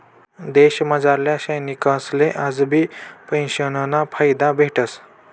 देशमझारल्या सैनिकसले आजबी पेंशनना फायदा भेटस